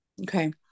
Okay